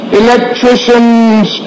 electricians